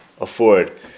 afford